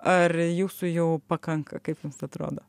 ar jūsų jau pakanka kaip jums atrodo